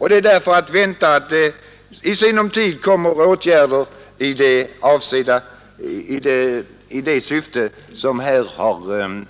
Vi kan därför i sinom tid emotse åtgärder i det syfte som här har kommit